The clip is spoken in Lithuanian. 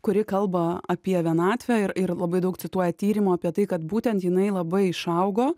kuri kalba apie vienatvę ir ir labai daug cituoja tyrimų apie tai kad būtent jinai labai išaugo